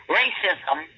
racism